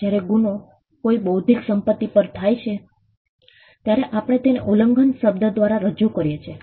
જ્યારે ગુનો કોઈ બૌદ્ધિક સંપત્તિ પર થાય છે ત્યારે આપણે તેને ઉલ્લંઘન શબ્દ દ્વારા રજુ કરીએ છીએ